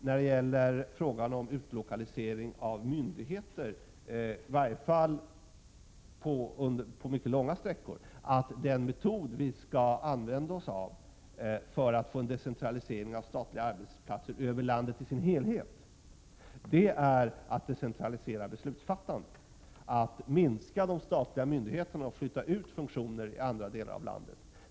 När det gäller frågan om utlokalisering av myndigheter, i varje fall på mycket långa avstånd, tror jag att den metod vi skall använda, för att få en decentralisering av statliga arbetsplatser över landet i dess helhet, är att decentralisera beslutsfattandet, att minska de statliga myndigheterna och flytta ut funktioner i andra delar av landet.